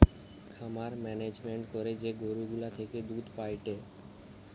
খামার মেনেজমেন্ট করে যে গরু গুলা থেকে দুধ পায়েটে